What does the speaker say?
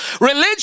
Religion